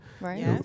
Right